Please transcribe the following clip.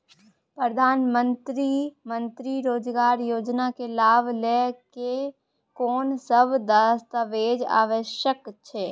प्रधानमंत्री मंत्री रोजगार योजना के लाभ लेव के कोन सब दस्तावेज आवश्यक छै?